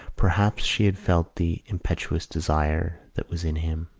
perhaps she had felt the impetuous desire that was in him,